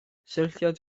syrthiodd